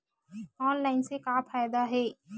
Online से का फ़ायदा हे?